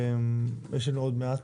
יש לנו עוד מעט,